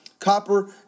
Copper